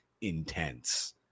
intense